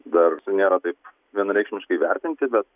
dar nėra taip vienareikšmiškai vertinti bet